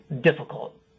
difficult